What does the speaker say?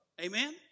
Amen